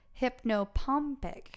hypnopompic